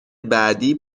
بعدی